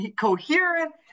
coherent